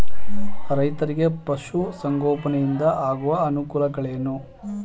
ರೈತರಿಗೆ ಪಶು ಸಂಗೋಪನೆಯಿಂದ ಆಗುವ ಅನುಕೂಲಗಳೇನು?